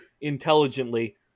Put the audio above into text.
intelligently